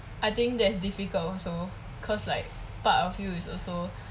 I think that's difficult also cause like part of you is also